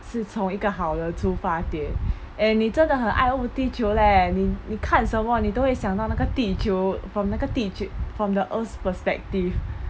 是从一个好的出发点 and 你真的很爱护地球 leh 你你看什么你都会想到那个地球 from 那个地球 from the earth's perspective